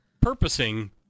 purposing